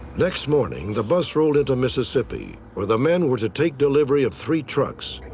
next morning, the bus rolled into mississippi, where the men were to take delivery of three trucks.